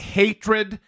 hatred